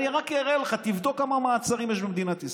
אני רק אראה לך: תבדוק כמה מעצרים יש במדינת ישראל,